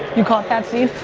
you caught that scene?